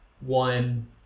One